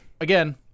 again